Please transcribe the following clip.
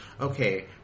okay